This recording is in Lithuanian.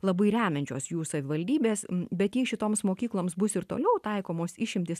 labai remiančios jų savivaldybės bet jei šitoms mokykloms bus ir toliau taikomos išimtys